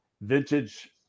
vintage